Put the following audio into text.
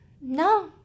no